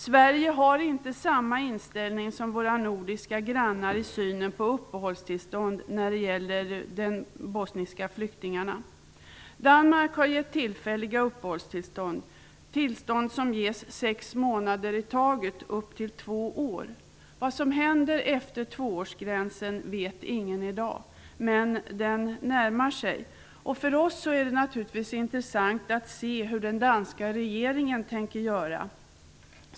Sverige har inte samma inställning som våra nordiska grannar i synen på uppehållstillstånd när det gäller de bosniska flyktingarna. Danmark har gett tillfälliga uppehållstillstånd som ges för sex månader i taget upp till två år. Vad som händer efter tvåårsgränsen vet ingen i dag. Den närmar sig. För oss är det naturligtvis intressant att se hur den danska regeringen tänker göra.